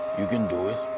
you can do it!